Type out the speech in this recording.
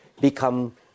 become